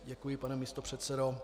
Děkuji, pane místopředsedo.